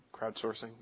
Crowdsourcing